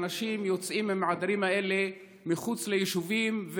האנשים יוצאים עם העדרים האלה מחוץ ליישובים,